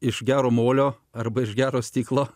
iš gero molio arba iš gero stiklo